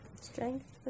strength